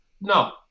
No